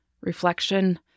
reflection